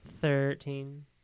thirteen